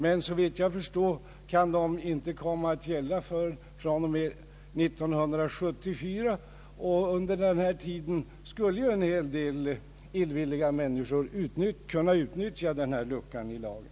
Såvitt jag förstår kan nya regler inte komma att gälla förrän fr.o.m. 1974, och under tiden skulle en hel del illvilliga människor kunna utnyttja denna lucka i lagen.